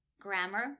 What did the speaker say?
grammar